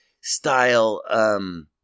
style